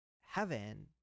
heaven